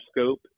scope